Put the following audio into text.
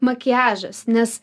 makiažas nes